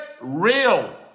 real